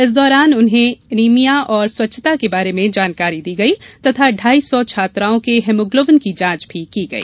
इस दौरान उन्हें एनीमिया और स्वच्छता के बारे में जानकारी दी गई तथा ढाई सौ छात्राओं के हीमोग्लोबिन की जांच की गई